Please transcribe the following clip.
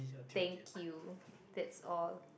thank you that's all